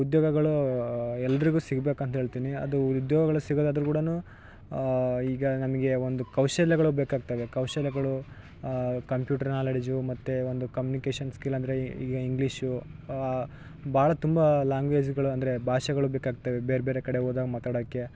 ಉದ್ಯೋಗಗಳೂ ಎಲ್ಲರಿಗೂ ಸಿಗ್ಬೇಕು ಅಂತ ಹೇಳ್ತಿನಿ ಅದು ಉದ್ಯೋಗಗಲು ಸಿಗೋದಾದ್ರ್ ಕೂಡ ಈಗ ನಮಗೆ ಒಂದು ಕೌಶಲ್ಯಗಳು ಬೇಕಾಗ್ತವೆ ಕೌಶಲ್ಯಗಳು ಕಂಪ್ಯೂಟರ್ ನಾಲೆಡ್ಜು ಮತ್ತು ಒಂದು ಕಮ್ಯುನಿಕೇಶನ್ ಸ್ಕಿಲ್ ಅಂದರೆ ಈಗ ಇಂಗ್ಲೀಷು ಭಾಳ ತುಂಬ ಲ್ಯಾಂಗ್ವೇಜ್ಗಳು ಅಂದರೆ ಭಾಷೆಗಳು ಬೇಕಾಗ್ತವೆ ಬೇರೆ ಬೇರೆ ಕಡೆ ಹೋದಾಗ ಮಾತಾಡೋಕೆ